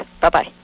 bye-bye